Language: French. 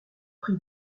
prix